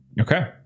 Okay